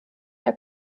der